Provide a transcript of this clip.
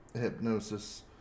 hypnosis